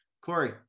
Corey